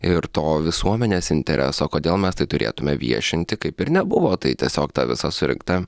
ir to visuomenės intereso kodėl mes tai turėtume viešinti kaip ir nebuvo tai tiesiog ta visa surinkta